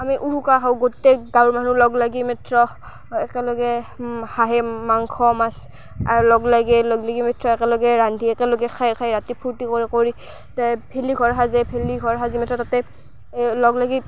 আমি উৰুকা খাওঁ গোটেই গাঁৱৰ মানুহ লগ লাগি একেলগে হাঁহে মাংস মাছ আৰু লগ লাগি লগ লাগি একেলগে ৰান্ধি একেলগে খাই খাই ৰাতি ফূৰ্তি কৰে কৰি তে ভেলী ঘৰ সাজে ভেলী ঘৰ সাজি মাত্ৰ তাতে লগ লাগি